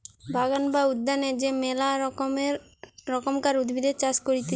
বাগান বা উদ্যানে যে মেলা রকমকার উদ্ভিদের চাষ করতিছে